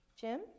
Jim